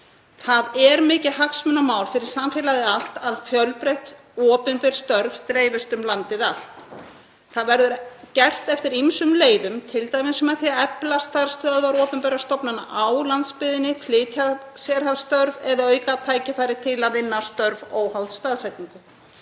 Það er mikið hagsmunamál fyrir samfélagið allt að fjölbreytt, opinber störf dreifist um landið allt. Það verður gert eftir ýmsum leiðum, t.d. með því að efla starfsstöðvar opinberra stofnana á landsbyggðinni, flytja sérhæfð störf eða auka tækifæri til að vinna störf óháð staðsetningu.